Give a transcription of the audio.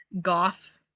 goth